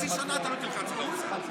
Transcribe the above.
הממשלה לא תתמוך בהצעת החוק.